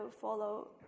follow